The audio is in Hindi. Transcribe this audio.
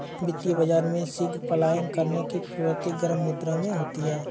वित्तीय बाजार में शीघ्र पलायन करने की प्रवृत्ति गर्म मुद्रा में होती है